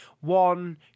one